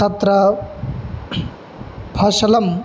तत्र भाषलं